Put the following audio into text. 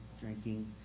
drinking